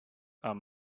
are